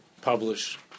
publish